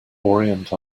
orient